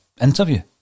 interview